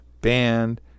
band